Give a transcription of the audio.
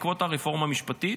בעקבות הרפורמה המשפטית?